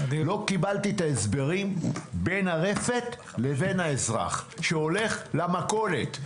לא קיבלתי את ההסברים בין הרפת לבין האזרח שהולך למכולת.